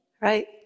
right